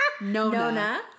Nona